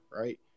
right